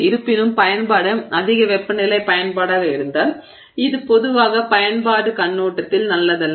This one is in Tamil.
இருப்பினும் பயன்பாடு அதிக வெப்பநிலை பயன்பாடாக இருந்தால் இது பொதுவாக பயன்பாட்டு கண்ணோட்டத்தில் நல்லதல்ல